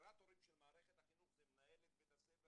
שהאימפרטורים של מערכת החינוך זה מנהלת או מנהל בית הספר